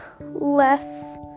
less